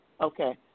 Okay